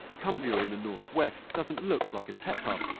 cumbria in the northwest doesn't look like a tech hub,